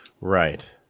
Right